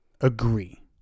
agree